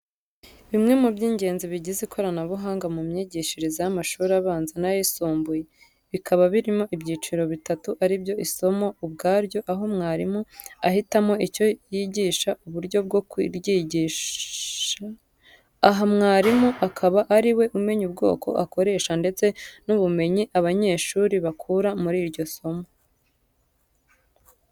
Bimwe mu by'ingenzi bigize ikoranabuhanga mu myigishirize y'amashuri abanza n'ayisumbuye. Bikaba birimo ibyiciro bitatu ari byo isomo ubwaryo aho mwarimu ahitamo icyo yigisha, uburyo bwo kuryigisha aha mwarimu akaba ari we umenya ubwo akoresha ndetse n'ubumenyi abanyeshuri bakura muri iryo somo.